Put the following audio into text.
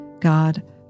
God